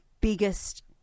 biggest